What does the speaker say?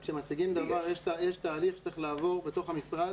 אבל בסוף כשמציגים דבר יש תהליך שצריך לעבור בתוך המשרד